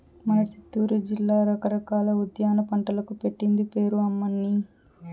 మన సిత్తూరు జిల్లా రకరకాల ఉద్యాన పంటలకు పెట్టింది పేరు అమ్మన్నీ